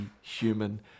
human